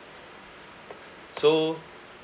so